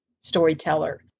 storyteller